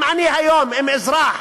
אם היום אזרח